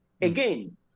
Again